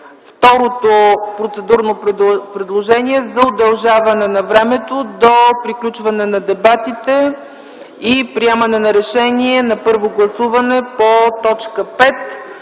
второто процедурно предложение – за удължаване на времето до приключване на дебатите и приемане на решение на първо гласуване по т. 5